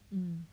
hmm